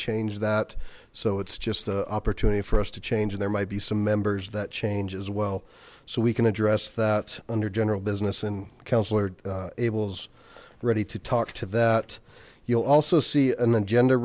change that so it's just an opportunity for us to change there might be some members that change as well so we can address that under general business and councillor abel's ready to talk to that you'll also see an agenda